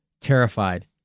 terrified